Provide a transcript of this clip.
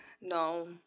No